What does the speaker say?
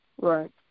Right